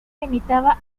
limitaba